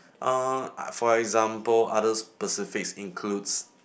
uh for example others specifics includes